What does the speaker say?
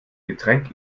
getränk